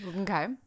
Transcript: Okay